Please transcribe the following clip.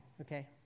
okay